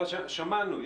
שמענו.